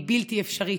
היא בלתי אפשרית.